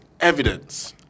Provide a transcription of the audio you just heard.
evidence